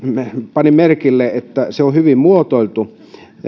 panin merkille että niistä yksi on hyvin muotoiltu